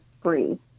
free